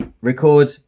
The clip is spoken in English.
record